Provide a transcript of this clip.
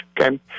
okay